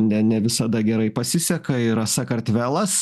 ne ne visada gerai pasiseka yra sakartvelas